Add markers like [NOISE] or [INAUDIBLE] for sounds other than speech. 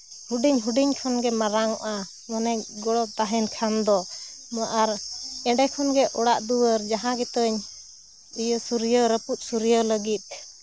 ᱦᱩᱰᱤᱧᱼᱦᱩᱰᱤᱧ ᱠᱷᱚᱱ ᱜᱮ ᱢᱟᱨᱟᱝ ᱚᱜᱼᱟ ᱢᱟᱱᱮ ᱜᱚᱲᱚ ᱛᱟᱦᱮᱱ ᱠᱷᱟᱱ ᱫᱚ ᱢᱟ ᱟᱨ ᱚᱸᱰᱮ ᱠᱷᱚᱱ ᱜᱮ ᱚᱲᱟᱜ ᱫᱩᱣᱟᱹᱨ ᱡᱟᱦᱟᱸ [UNINTELLIGIBLE] ᱥᱩᱨᱭᱟᱹᱣ ᱨᱟᱹᱯᱩᱫ ᱥᱩᱨᱭᱟᱹᱣ ᱞᱟᱹᱜᱤᱫ